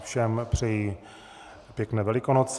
Všem vám přeji pěkné Velikonoce.